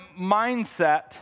mindset